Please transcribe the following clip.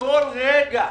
מכל רגע.